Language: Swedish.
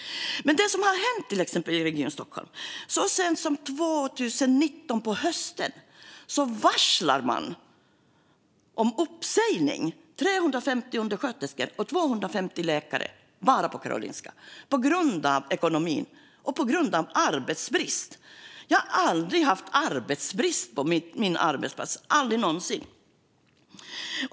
Det som har hänt i Region Stockholm, till exempel, är att man så sent som 2019 på hösten varslade 350 undersköterskor och 250 läkare om uppsägning bara på Karolinska på grund av ekonomin och på grund av arbetsbrist. Jag har aldrig haft arbetsbrist på min arbetsplats - aldrig någonsin.